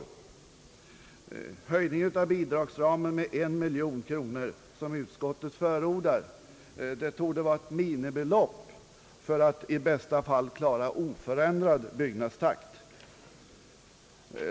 Den höjning av bidragsramen med 1 miljon kronor som utskottet förordar torde vara ett minimibelopp för att i bästa fall klara en oförändrad byggnadstakt.